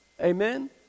amen